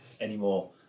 anymore